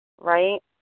right